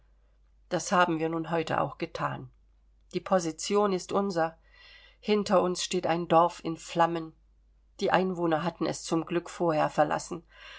das haben wir nun heute auch gethan die position ist unser hinter uns steht ein dorf in flammen die einwohner hatten es zum glück vorher verlassen